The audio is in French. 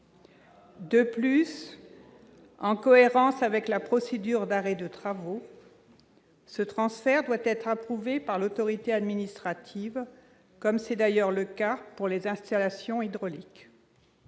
De plus, en cohérence avec la procédure d'arrêt de travaux, ce transfert doit être approuvé par l'autorité administrative, comme c'est d'ailleurs le cas pour les installations hydrauliques.